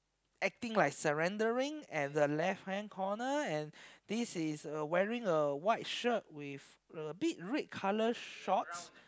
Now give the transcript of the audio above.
acting like surrendering and the left hand corner and this is uh wearing a white shirt with a bit red colour shorts